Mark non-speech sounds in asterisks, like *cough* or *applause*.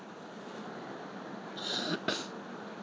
*noise*